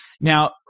Now –